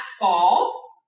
fall